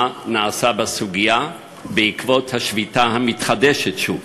נעשה בסוגיה בעקבות השביתה המתחדשת שוב?